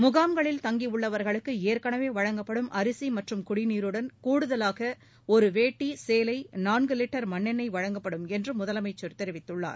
முகாம்களில் தங்கியுள்ளவர்களுக்கு ஏற்கனவே வழங்கப்படும் அரிசி மற்றும் குடிநீருடன் கூடுதலாக ஒரு வேட்டி சேலை நான்கு லிட்டர் மண்ணெண்ணெய் வழங்கப்படும் என்று முதலமைச்சள் தெரிவித்துள்ளார்